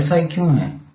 अब ऐसा क्यों है